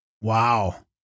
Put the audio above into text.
Wow